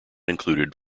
included